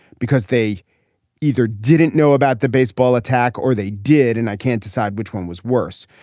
because they either didn't know about the baseball attack or they did. and i can't decide which one was worse.